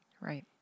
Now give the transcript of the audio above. Right